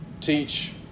teach